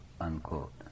Unquote